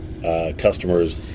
customers